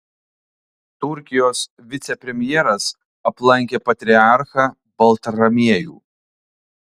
turkijos vicepremjeras aplankė patriarchą baltramiejų